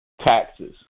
taxes